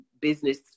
business